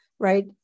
Right